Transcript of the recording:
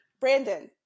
Brandon